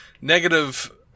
negative